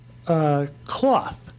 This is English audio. Cloth